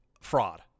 fraud